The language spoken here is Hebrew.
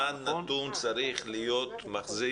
אמרתי, בכל זמן נתון צריך להיות מחזיק